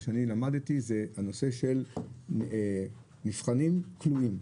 מה שאני למדתי זה הנושא מבחנים כלואים,